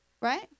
Right